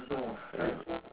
um